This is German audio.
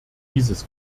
dieses